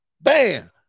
bam